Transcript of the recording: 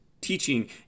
teaching